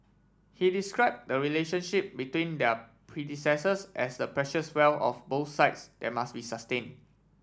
he described the relationship between their predecessors as the precious wealth of both sides that must be sustained